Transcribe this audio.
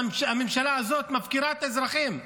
הממשלה הזאת מפקירה את האזרחים.